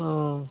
ও